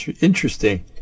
interesting